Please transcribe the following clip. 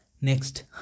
Next